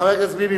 חבר הכנסת ביבי,